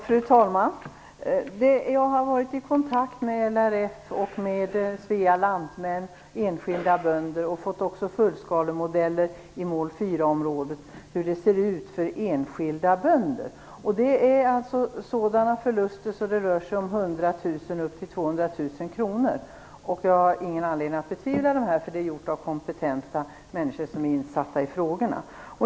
Fru talman! Jag har varit i kontakt med LRF, med Svea lantmän och med enskilda bönder och fått fullskalemodeller för hur det ser ut för enskilda bönder vad gäller mål 4-området. Det är förluster som rör sig från 100 000 kr upp till 200 000 kr. Jag har ingen anledning att betvivla detta, för beräkningarna är gjorda av kompetenta människor som är insatta i frågorna.